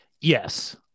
Yes